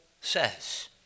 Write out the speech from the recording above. says